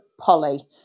Polly